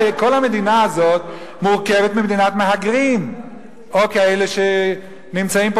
הרי כל המדינה הזאת מורכבת ממהגרים או כאלה שנמצאים פה,